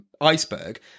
iceberg